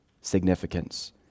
significance